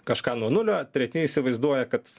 kažką nuo nulio treti įsivaizduoja kad